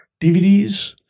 DVDs